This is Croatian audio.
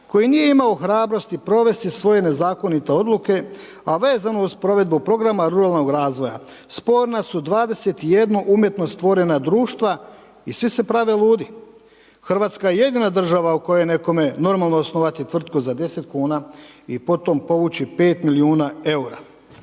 koji nije imao hrabrosti provesti svoje nezakonite odluke, a vezano uz provedbu programa ruralnog razvoja. Sporna su 21 umjetno stvorena društva i svi se prave ludi. RH je jedina država u kojoj je nekome normalno osnovati tvrtku za 10 kuna i potom povući 5 milijuna eura.